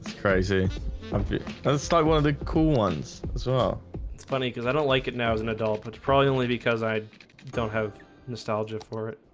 crazy um you know let's talk one of the cool ones so it's funny cuz i don't like it now as an adult, but it's probably only because i don't have nostalgia for it.